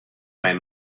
mij